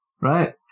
right